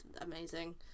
amazing